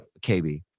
KB